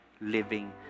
living